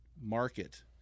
market